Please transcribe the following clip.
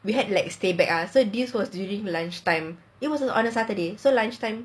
we had like stay back ah so this was during lunchtime it was on a saturday so lunchtime